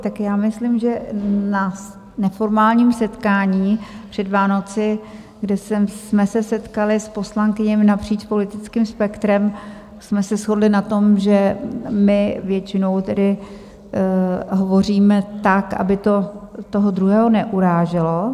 Tak já myslím, že na neformálním setkání před Vánoci, kde jsme se setkaly s poslankyněmi napříč politickým spektrem, jsme se shodly na tom, že my většinou tedy hovoříme tak, aby to toho druhého neuráželo.